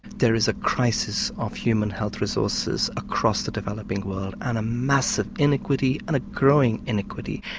there is a crisis of human health resources across the developing world and a massive inequity and a growing inequity.